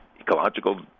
ecological